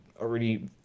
already